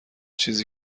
چیزی